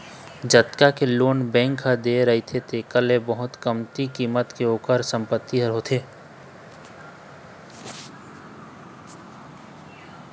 जतका के loan bank ह दे रहिथे तेखर ले बहुत कमती कीमत के ओखर संपत्ति ह होथे